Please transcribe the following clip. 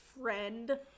friend